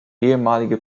ehemalige